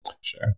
Sure